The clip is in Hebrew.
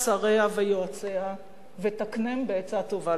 שריה ויועציה ותקנם בעצה טוב לפניך".